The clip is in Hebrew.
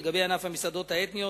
לגבי ענף המסעדות האתניות,